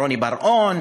רוני בר-און,